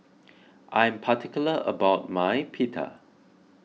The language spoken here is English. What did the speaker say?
I am particular about my Pita